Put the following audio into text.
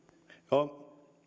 no